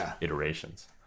iterations